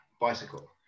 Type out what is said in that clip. bicycle